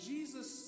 Jesus